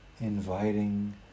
Inviting